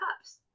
cups